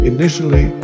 Initially